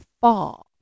fall